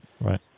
right